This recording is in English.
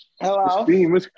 Hello